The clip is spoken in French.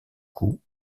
cou